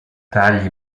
tagli